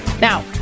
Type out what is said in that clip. Now